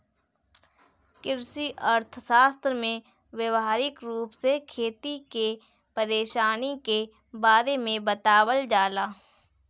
कृषि अर्थशास्त्र में व्यावहारिक रूप से खेती के परेशानी के बारे में बतावल जाला